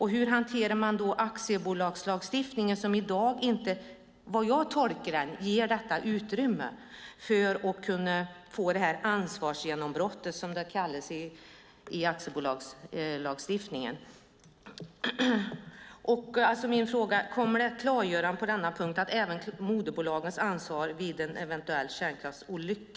Hur hanterar man då aktiebolagslagstiftningen som i dag inte, som jag tolkar den, ger detta utrymme för ett ansvarsgenombrott, som det kallas i aktiebolagslagstiftningen? Kommer det ett klargörande på denna punkt, att även moderbolaget har ett ansvar vid en eventuell kärnkraftsolycka?